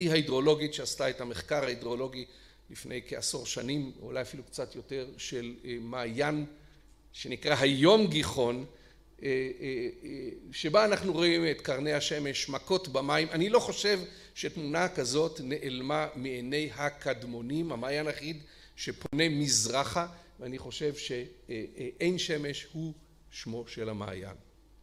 היא ההידרולוגית שעשתה את המחקר ההידרולוגי לפני כעשור שנים אולי אפילו קצת יותר של מעיין שנקרא היום גיחון שבה אנחנו רואים את קרני השמש מכות במים אני לא חושב שתמונה כזאת נעלמה מעיני הקדמונים המעיין היחיד שפונה מזרחה ואני חושב שעין שמש הוא שמו של המעיין